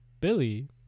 Billy